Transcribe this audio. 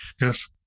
Yes